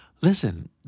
Listen